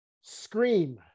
scream